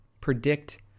predict